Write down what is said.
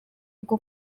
bwo